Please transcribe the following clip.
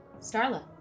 starla